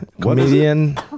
Comedian